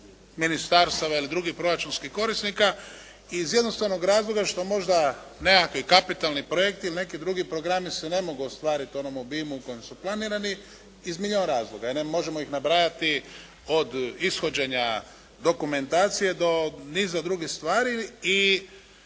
ministarstava ili drugi proračunskih korisnika iz jednostavnog razloga što možda nekakvi kapitalni projekti ili neki drugi programi se ne mogu ostvariti u onom obimu u kojem su planirani iz milijun razloga. Možemo ih nabrajati od ishođenja dokumentacije, do niza drugih stvari.